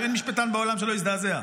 שאין משפטן בעולם שלא הזדעזע,